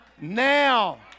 now